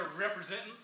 representing